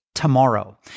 tomorrow